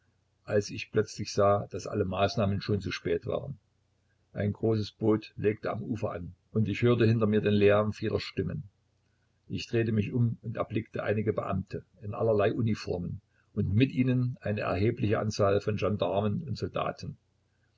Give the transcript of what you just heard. als ich plötzlich sah daß alle maßnahmen schon zu spät waren da ein großes boot am ufer anlegte und ich hinter mir den lärm vieler stimmen hörte ich drehte mich um und erblickte einige beamte in allerlei uniformen und mit ihnen eine erhebliche anzahl von gendarmen und soldaten